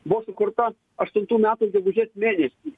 buvo sukurta aštuntų metų gegužės mėnesį